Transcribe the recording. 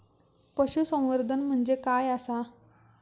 पशुसंवर्धन म्हणजे काय आसा?